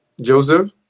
Joseph